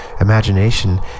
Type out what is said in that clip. Imagination